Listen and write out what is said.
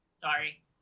Sorry